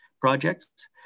projects